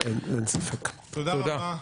תודה רבה.